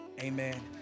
amen